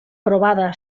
provada